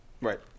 Right